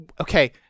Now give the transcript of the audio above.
Okay